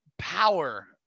power